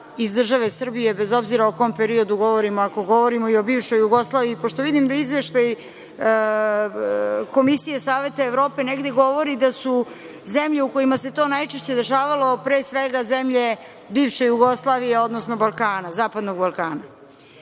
iz države Srbije, bez obzira o kom periodu govorimo, ako govorimo i o bivšoj Jugoslaviji, pošto vidim da izveštaji Komisije Saveta Evrope, negde govori da su zemlje u kojima se to najčešće dešavalo, pre svega zemlje bivše Jugoslavije, odnosno Balkana,